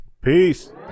peace